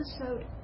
episode